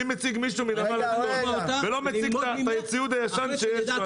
אם מציג מישהו מנמל אשדוד ולא מציג את הציוד הישן שיש לו,